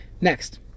Next